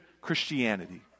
Christianity